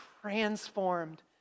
transformed